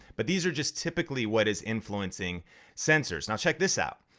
but these are just typically what is influencing sensors. now check this out.